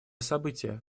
событие